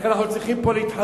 לכן אנחנו צריכים פה להתחזק,